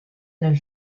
nel